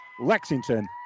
Lexington